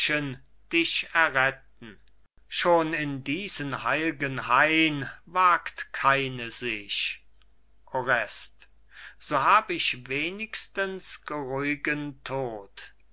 dich erretten schon in diesen heil'gen hain wagt keine sich orest so hab ich wenigstens geruh'gen tod